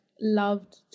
loved